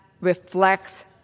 reflects